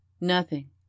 Nothing